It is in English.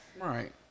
right